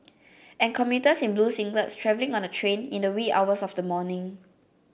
and commuters in blue singlets travelling on a train in the wee hours of the morning